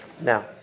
Now